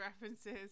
references